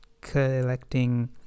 collecting